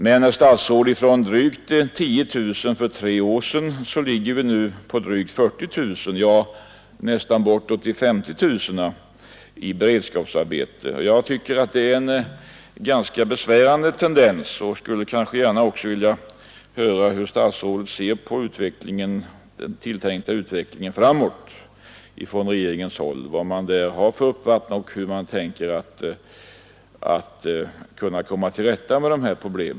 Men, herr statsråd, från drygt 10 000 för tre år sedan ligger vi nu på drygt 40 000, ja, nästan bortåt 50 000 personer i beredskapsarbete. Jag tycker att det är en besvärande tendens, och jag skulle gärna vilja höra hur statsrådet ser på utvecklingen framåt. Vad har man från regeringshåll för uppfattning om detta och hur tänker man komma till rätta med dessa problem?